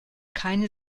keine